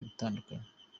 ibitandukanye